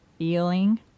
Feeling